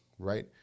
Right